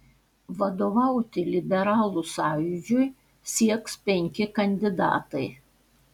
vadovauti liberalų sąjūdžiui sieks penki kandidatai